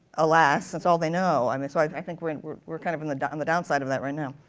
alas. that's all they know. i mean so i i think we're and we're kind of on the down and the down side of that right now.